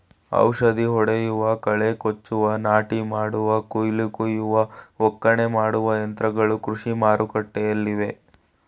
ಔಷಧಿ ಹೊಡೆಯುವ, ಕಳೆ ಕೊಚ್ಚುವ, ನಾಟಿ ಮಾಡುವ, ಕುಯಿಲು ಕುಯ್ಯುವ, ಒಕ್ಕಣೆ ಮಾಡುವ ಯಂತ್ರಗಳು ಕೃಷಿ ಮಾರುಕಟ್ಟೆಲ್ಲಿವೆ